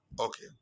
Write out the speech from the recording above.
okay